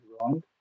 wrong